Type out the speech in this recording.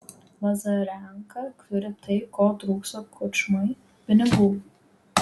lazarenka turi tai ko trūksta kučmai pinigų